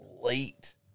late